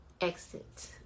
exit